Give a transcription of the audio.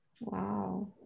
Wow